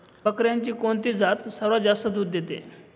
बकऱ्यांची कोणती जात सर्वात जास्त दूध देते?